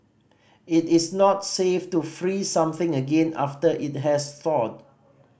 it is not safe to freeze something again after it has thawed